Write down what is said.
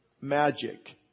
magic